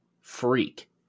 freak